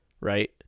right